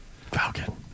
Falcon